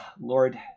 Lord